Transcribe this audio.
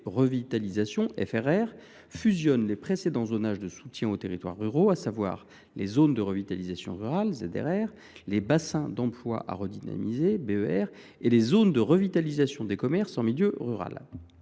Revitalisation fusionne les précédents zonages de soutien aux territoires ruraux, à savoir les zones de revitalisation rurale, les bassins d’emploi à redynamiser (BER) et les zones de revitalisation des commerces en milieu rural.